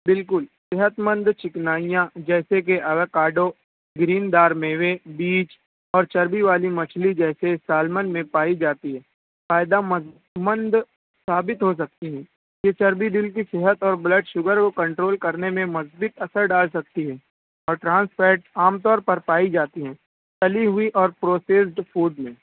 بالکل صحت مند چکنائیاں جیسے کہ اووکاڈو گرین دار میوے بیج اور چربی والی مچھلی جیسے سالمن میں پائی جاتی ہے فائدہ مند مند ثابت ہو سکتی ہے کہ چربی جن کی صحت اور بلڈ شوگر کو کنٹرول کرنے میں مزید اثر ڈال سکتی ہے اور ٹرانس فیٹ عام طور پر پائی جاتی ہیں تلی ہوئی اور پروسیسڈ فوڈ میں